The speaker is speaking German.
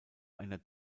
einer